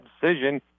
decision